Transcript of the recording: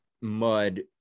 mud